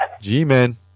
G-Men